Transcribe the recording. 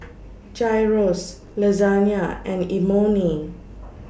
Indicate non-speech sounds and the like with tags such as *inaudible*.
*noise* Gyros Lasagne and Imoni